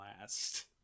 last